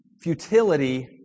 futility